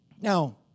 Now